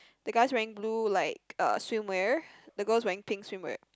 the guy is wearing blue like uh swimwear the girl is wearing pink swimwear